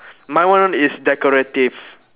my one is decorative